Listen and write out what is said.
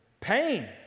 Pain